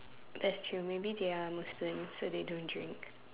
that's true maybe they are Muslim so they don't drink